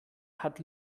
hat